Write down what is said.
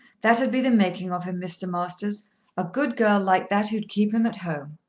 that'd be the making of him, mr. masters a good girl like that who'd keep him at home.